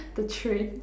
the train